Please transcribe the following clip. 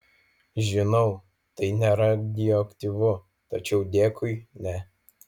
žinau tai neradioaktyvu tačiau dėkui ne